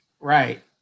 right